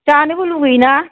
जानोबो लुबैयोना